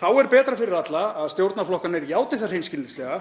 Þá er betra fyrir alla að stjórnarflokkarnir játi það hreinskilnislega